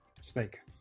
Snake